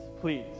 please